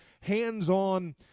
hands-on